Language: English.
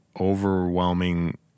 overwhelming